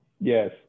Yes